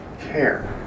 care